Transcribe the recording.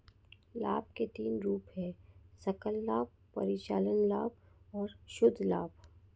लाभ के तीन रूप हैं सकल लाभ, परिचालन लाभ और शुद्ध लाभ